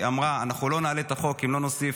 אמרה: אנחנו לא נעלה את החוק אם לא נוסיף